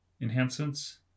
enhancements